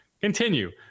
continue